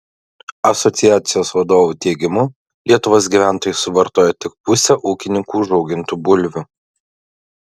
asociacijos vadovų teigimu lietuvos gyventojai suvartoja tik pusę ūkininkų užaugintų bulvių